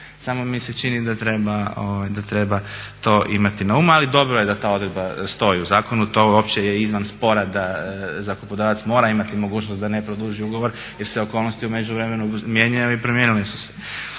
samo mi se čini da treba to imati na umu. Ali dobro je da ta odredba stoji u zakonu. To uopće je izvan spora da zakupodavac mora imati mogućnost da ne produži ugovor jer se okolnosti u međuvremenu mijenjaju i promijenile su se.